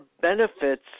benefits